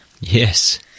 Yes